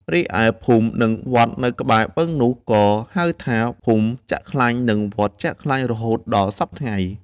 រីឯភូមិ និងវត្តនៅក្បែរបឹងនោះ ក៏ហៅថា “ភូមិចាក់ខ្លាញ់” និង “វត្តចាក់ខ្លាញ់” រហូតដល់សព្វថ្ងៃ។